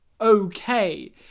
okay